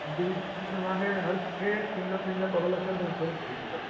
individual में तव्हांखे हर सिंगल सिंगल ॿ ॿ लख जो थींदव